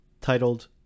titled